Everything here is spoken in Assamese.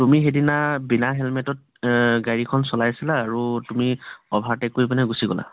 তুমি সেইদিনা বিনা হেলমেটত গাড়ীখন চলাইছিলা আৰু তুমি অভাৰটেক কৰি পিনে গুচি গ'লা